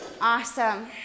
Awesome